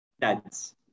Dads